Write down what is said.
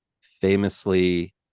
famously